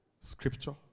Scripture